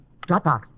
Dropbox